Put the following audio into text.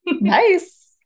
Nice